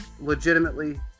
legitimately